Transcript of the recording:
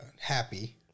Happy